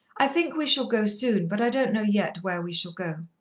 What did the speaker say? i think we shall go soon, but i don't know yet where we shall go.